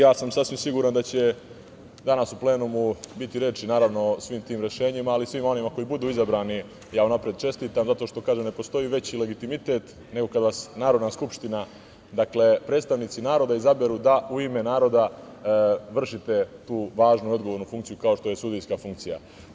Sasvim sam siguran da će danas u plenumu biti reči, naravno, o svim tim rešenjima, ali svima onima koji budu izabrani ja unapred čestitam, zato što, kažem, ne postoji veći legitimitet nego kada vas Narodna skupština, predstavnici naroda izaberu da u ime naroda vršite tu važnu i odgovornu funkciju kao što je sudijska funkcija.